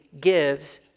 gives